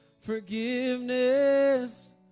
forgiveness